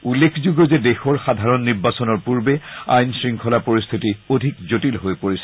উল্লেখযোগ্য যে দেশৰ সাধাৰণ নিৰ্বাচনৰ পূৰ্বে আইন শৃংখলাৰ পৰিস্থিতি অধিক জটিল হৈ পৰিছে